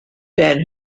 van